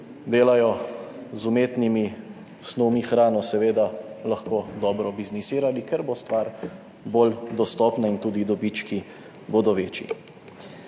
delajo z umetnimi snovmi hrano seveda lahko dobro biznisirali, ker bo stvar bolj dostopna in tudi dobički bodo večji.